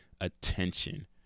attention